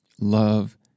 love